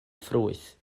ffrwyth